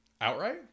Outright